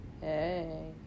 Hey